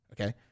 Okay